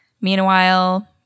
Meanwhile